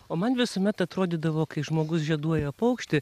o man visuomet atrodydavo kai žmogus žieduoja paukštį